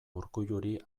urkulluri